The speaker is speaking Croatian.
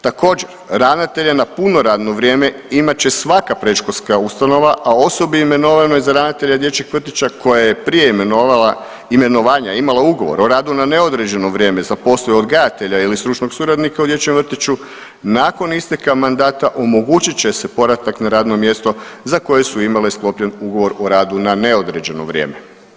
Također ravnatelja na puno radno vrijeme imat će svaka predškolska ustanova osobi za ravnatelja dječjeg vrtića koja je prije imenovanja imala ugovor o radu na neodređeno vrijeme za posao odgajatelja ili stručnog suradnika u dječjem vrtiću nakon isteka mandata omogućit će se povratak na radno mjesto za kojeg su imale sklopljen ugovor o radu na neodređeno vrijeme.